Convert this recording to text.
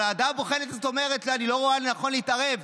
הוועדה הבוחנת אומרת: אני לא רואה לנכון להתערב.